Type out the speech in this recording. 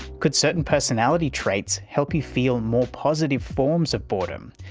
could certain personality traits help you feel more positive forms of boredom,